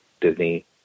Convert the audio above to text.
Disney